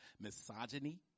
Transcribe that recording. misogyny